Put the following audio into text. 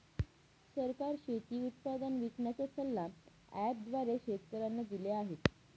सरकार शेती उत्पादन विकण्याचा सल्ला ॲप द्वारे शेतकऱ्यांना देते आहे